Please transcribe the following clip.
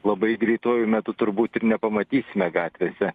labai greituoju metu turbūt ir nepamatysime gatvėse